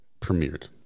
premiered